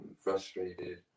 frustrated